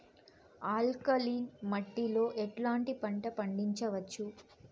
Alkaline మట్టి లో ఎట్లాంటి పంట పండించవచ్చు,?